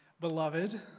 Beloved